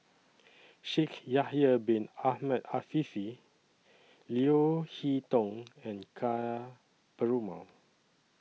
Shaikh Yahya Bin Ahmed Afifi Leo Hee Tong and Ka Perumal